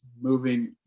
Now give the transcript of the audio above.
moving